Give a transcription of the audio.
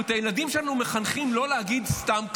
אנחנו את הילדים שלנו מחנכים לא להגיד סתם "ככה",